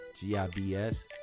G-I-B-S